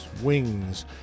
wings